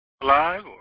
alive